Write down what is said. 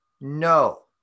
no